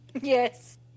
Yes